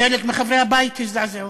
חלק מחברי הבית הזדעזעו,